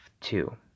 two